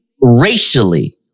racially